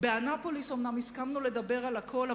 באנאפוליס אומנם הסכמנו לדבר על הכול,